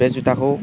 बे जुटाखौ